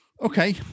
Okay